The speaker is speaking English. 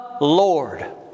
Lord